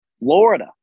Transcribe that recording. Florida